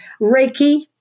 Reiki